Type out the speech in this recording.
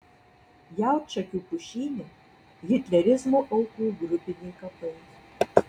jaučakių pušyne hitlerizmo aukų grupiniai kapai